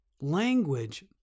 Language